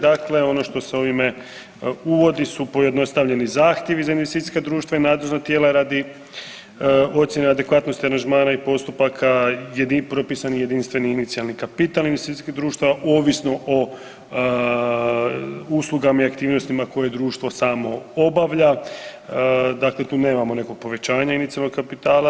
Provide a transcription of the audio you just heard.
Dakle, ono što se ovime uvodi su pojednostavljeni zahtjevi za investicijska društva i nadzorna tijela radi ocjena adekvatnosti aranžmana i postupaka propisani jedinstveni inicijalni kapital investicijskih društava ovisno o uslugama i aktivnostima koje društvo samo obavlja, dakle tu nemamo nekog povećanja inicijalnog kapitala.